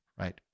right